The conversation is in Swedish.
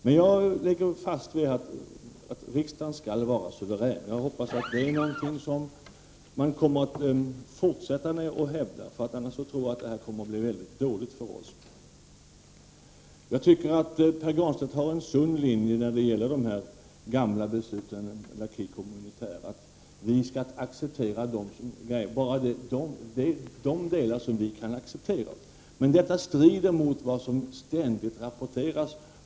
Men jag lägger fast att riksdagen skall vara suverän. Jag hoppas att det är någonting som vi kommer att fortsätta att hävda, annars tror jag att det går dåligt för oss. Jag tycker att Pär Granstedt här har en sund linje när det gäller de gamla besluten, P'acquis communautaire, nämligen att vi bara skall acceptera de delar som tillgodoser våra behov. Men det strider mot vad som ständigt rapporteras.